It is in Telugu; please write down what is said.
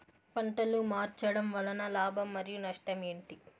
పంటలు మార్చడం వలన లాభం మరియు నష్టం ఏంటి